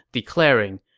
declaring,